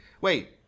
wait